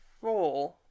four